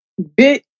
Bitch